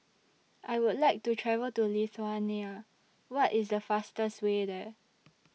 I Would like to travel to Lithuania What IS The fastest Way There